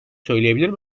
söyleyebilir